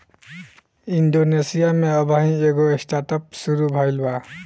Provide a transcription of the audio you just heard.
Indonesia में अबही एगो स्टार्टअप शुरू भईल बा